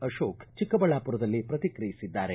ಅಶೋಕ್ ಚಿಕ್ಕಬಳ್ಳಾಪುರದಲ್ಲಿ ಪ್ರತಿಕ್ರಿಯಿಸಿದ್ದಾರೆ